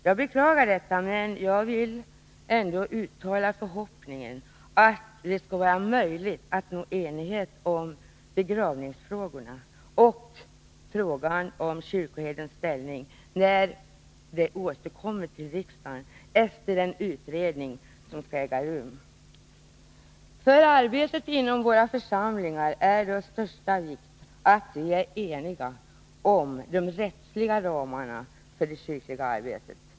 Jag beklagar detta men vill uttala förhoppningen att det skall vara möjligt att nå enighet om begravningsfrågorna och frågan om kyrkoherdens ställning, när de återkommer till riksdagen efter den utredning som skall äga rum. För arbetet inom våra församlingar är det av största vikt att vi är eniga om de rättsliga ramarna för det kyrkliga arbetet.